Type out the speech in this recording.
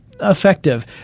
effective